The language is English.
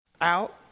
out